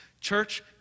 Church